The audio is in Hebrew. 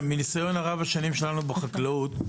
מהניסיון רב השנים שלנו בחקלאות,